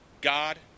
God